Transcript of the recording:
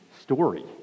story